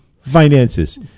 finances